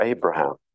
Abraham